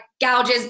gouges